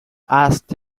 asked